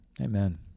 Amen